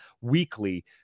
weekly